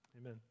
Amen